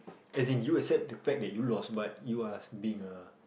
as in you accept the fact that you lost but you are being a